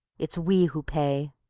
it's we who pay.